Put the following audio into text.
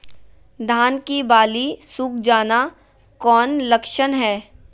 धान की बाली सुख जाना कौन लक्षण हैं?